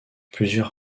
plusieurs